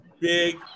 big